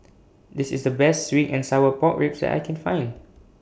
This IS The Best Sweet and Sour Pork Ribs that I Can Find